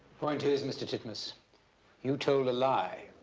point is mr. titmuss you told a lie.